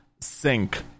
sync